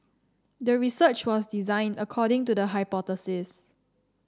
the research was designed according to the hypothesis